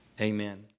Amen